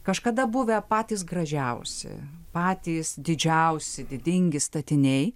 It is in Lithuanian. kažkada buvę patys gražiausi patys didžiausi didingi statiniai